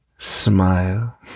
smile